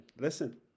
Listen